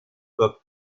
pop